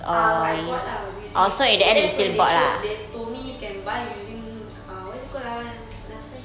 ah I bought lah using but that's when they showe~ they told me you can buy using ah what is it called ah last time